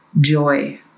joy